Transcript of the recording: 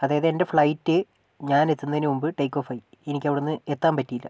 അതായത് എൻ്റെ ഫ്ലൈറ്റ് ഞാൻ എത്തുന്നതിനുമുമ്പ് ടേക്കോഫായി എനിക്കവിടുന്ന് എത്താൻ പറ്റിയില്ല